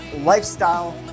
Lifestyle